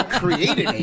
created